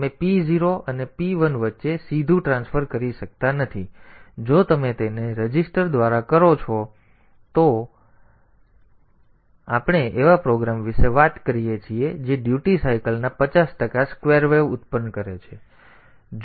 તેથી તમે p0 અને p1 વચ્ચે સીધું ટ્રાન્સફર કરી શકતા નથી જો તમે તેને રજિસ્ટર દ્વારા કરો છો તો આગળ આપણે એવા પ્રોગ્રામ વિશે વાત કરીએ છીએ જે ડ્યુટી સાયકલ ના 50 ટકા સ્કવેર વેવ ઉત્પન્ન કરે છે